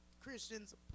Christians